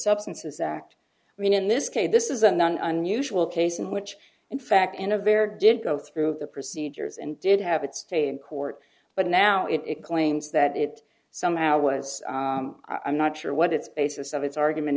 substances act i mean in this case this is an unusual case in which in fact in a very didn't go through the procedures and did have it stay in court but now it claims that it somehow was i'm not sure what its basis of its argument